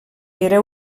era